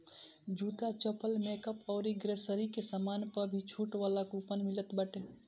जूता, चप्पल, मेकअप अउरी ग्रोसरी के सामान पअ भी छुट वाला कूपन मिलत बाटे